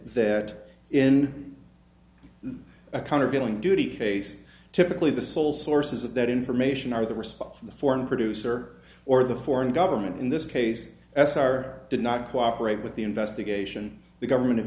that in a countervailing duty cases typically the sole sources of that information are the response from the foreign producer or the foreign government in this case s are did not cooperate with the investigation the government of